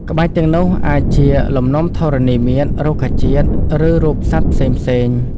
ក្បាច់ទាំងនោះអាចជា លំនាំធរណីមាត្រ រុក្ខជាតិ ឬរូបសត្វផ្សេងៗ។